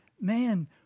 man